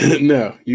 no